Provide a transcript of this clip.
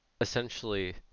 essentially